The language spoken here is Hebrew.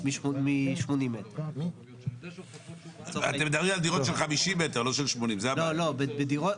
אנחנו מדברים שיש את ההיתר להגדלת שימוש,